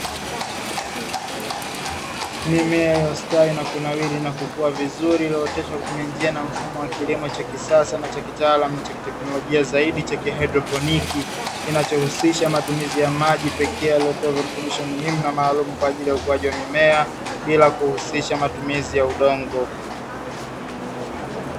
Mimea iliyostawi nakunawiri na kukua vizuri iliyooteshwa na njia mfumo wa kilimo cha kisasa na kitaalamu cha kihaidroponi. Kinachohusisha matumizi ya maji pekee yaletayo virutubisho muhimu kwa ajili ukuaji wa mimea bila kuhusisha matumizi ya udongo.